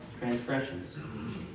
transgressions